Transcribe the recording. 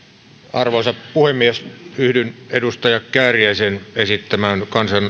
arvoisa puhemies yhdyn edustaja kääriäisen esittämään